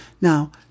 Now